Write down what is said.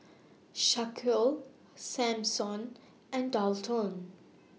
Shaquille Samson and Daulton